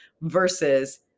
versus